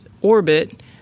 orbit